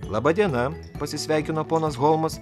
laba diena pasisveikino ponas holmas